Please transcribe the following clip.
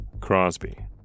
Crosby